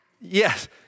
Yes